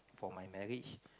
for my marriage